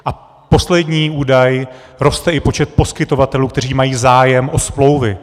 A poslední údaj roste i počet poskytovatelů, kteří mají zájem o smlouvy.